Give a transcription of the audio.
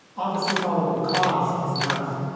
officer probable cause is enough